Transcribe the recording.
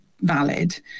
valid